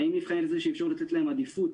האם נבחנת אפשרות לתת להם עדיפות